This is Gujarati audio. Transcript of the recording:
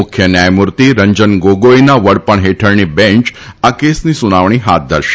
મુખ્ય ન્યાયમૂર્તિ રંજન ગોગોઈના વડપણ હેઠળની બેંચ આ કેસની સુનાવણી હાથ ધરશે